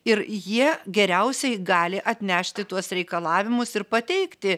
ir jie geriausiai gali atnešti tuos reikalavimus ir pateikti